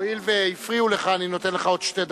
הואיל והפריעו לך, אני נותן לך עוד שתי דקות.